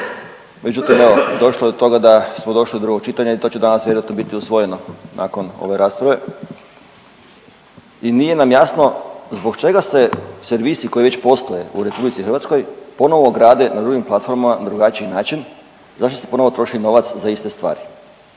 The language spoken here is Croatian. međutim evo došlo je do toga da smo došli do drugog čitanja i to će danas vjerojatno biti usvojeno nakon ove rasprave i nije nam jasno zbog čega se servisi koji već postoje u RH ponovo grade na drugim platformama i na drugačiji način, zašto se ponovo troši novac za iste stvari?